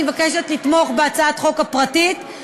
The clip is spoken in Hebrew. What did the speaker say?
אני מבקשת לתמוך בהצעת החוק הפרטית,